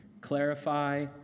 clarify